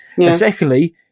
Secondly